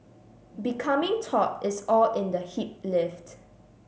becoming taut is all in the hip lift